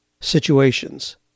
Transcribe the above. situations